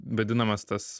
vadinamas tas